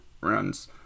runs